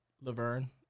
Laverne